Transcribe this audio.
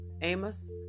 Amos